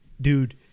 Dude